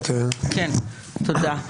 תודה.